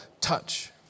touch